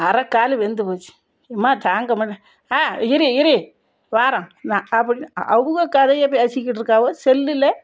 அரைக்காலு வெந்து போச்சு ஏம்மா தாங்க முடில்ல ஆ இரு இரு வாரம் நான் அப்படினு அவங்க கதையை பேசிக்கிட்டு இருக்காவோ செல்லில்